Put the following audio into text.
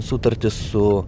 sutartis su